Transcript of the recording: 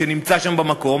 שנמצא שם במקום,